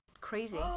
crazy